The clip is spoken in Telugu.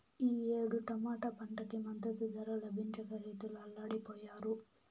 ఈ ఏడు టమాటా పంటకి మద్దతు ధర లభించక రైతులు అల్లాడిపొయ్యారు